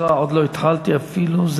עוד לא התחלתי אפילו.